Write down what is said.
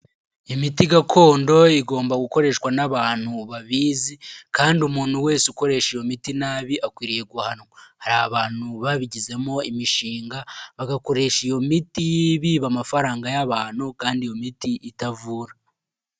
Imiti gakondo igomba gukoreshwa n'abantu babizi, kandi umuntu wese ukoresha iyo miti nabi akwiriye guhanwa, hari abantu babigizemo imishinga bagakoresha iyo miti biba amafaranga y'abantu, kandi iyo miti itavura.